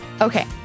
Okay